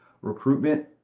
recruitment